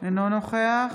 אינו נוכח